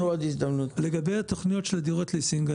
לגבי תוכניות של דירות ליסינג.